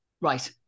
Right